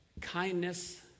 kindness